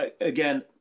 again